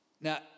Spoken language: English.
Now